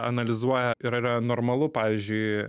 analizuoja ir yra normalu pavyzdžiui